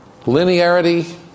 Linearity